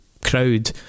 crowd